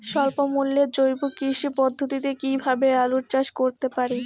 স্বল্প মূল্যে জৈব কৃষি পদ্ধতিতে কীভাবে আলুর চাষ করতে পারি?